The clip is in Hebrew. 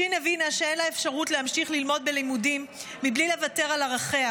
ש' הבינה שאין לה אפשרות להמשיך ללמוד בלימודים בלי לוותר על ערכיה.